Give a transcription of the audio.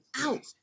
out